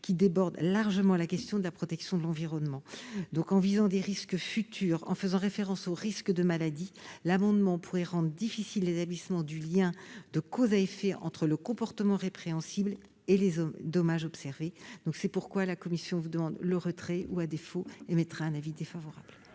qui déborde largement la question de la protection de l'environnement. En visant des risques futurs, en faisant référence au risque de maladie, l'adoption de cet amendement pourrait rendre difficile l'établissement du lien de cause à effet entre le comportement répréhensible et les dommages observés. C'est pourquoi la commission souhaite le retrait de cet amendement ; à défaut